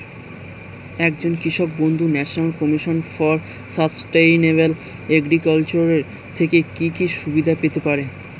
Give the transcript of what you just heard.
একজন কৃষক বন্ধু national commission for sustainable agriculture এর থেকে কি কি সুবিধা পেতে পারে?